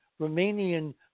Romanian